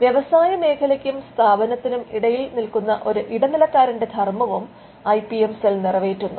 വ്യവസായമേഖലയ്ക്കും സ്ഥാപനത്തിനും ഇടയിൽ നിൽക്കുന്ന ഒരു ഇടനിലക്കാരന്റെ ധർമ്മവും ഐ പി എം സെൽ നിറവേറ്റുന്നു